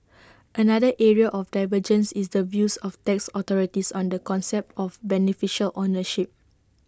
another area of divergence is the views of tax authorities on the concept of beneficial ownership